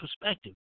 perspective